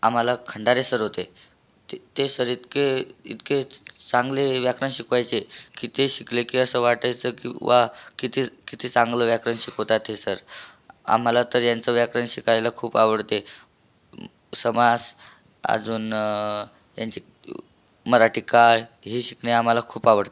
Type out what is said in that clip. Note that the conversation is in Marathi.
आम्हाला खंडारे सर होते ते ते सर इतके इतके चांगले व्याकरण शिकवायचे की ते शिकले की असं वाटायचं की व्वा किती किती चांगलं व्याकरण शिकोतात हे सर आम्हाला तर यांचं व्याकरण शिकायला खूप आवडते समास अजून त्यांचे मराठी काळ हे शिकणे आम्हाला खूप आवडते